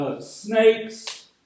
snakes